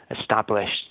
established